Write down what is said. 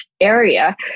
area